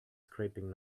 scraping